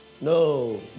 No